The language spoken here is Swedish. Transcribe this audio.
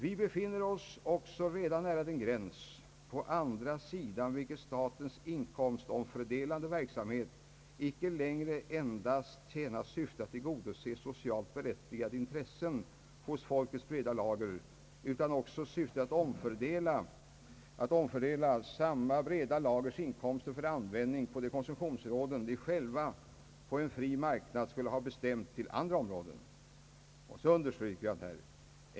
Vi befinner oss också redan nära den gräns, på andra sidan vilken statens inkomstomfördelande verksamhet icke längre endast tjänar syftet att tillgodose socialt berättigade intressen hos folkets breda lager utan också syftet att omfördela samma breda lagers inkomster från användning på de konsumtionsområden de själva på en fri marknad skulle ha bestämt till andra områden.